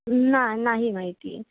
ना नाही माहिती